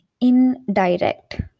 indirect